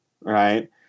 right